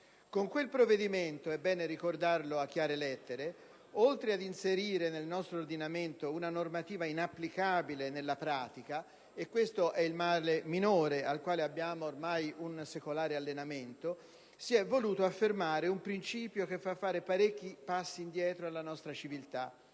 Con quel provvedimento - è bene ricordarlo a chiare lettere - oltre ad inserire nel nostro ordinamento una normativa inapplicabile nella pratica (e questo è il male minore, al quale abbiamo ormai un secolare allenamento), si è voluto affermare un principio che fa fare parecchi passi indietro alla nostra civiltà: